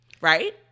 right